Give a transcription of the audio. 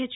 H